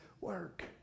work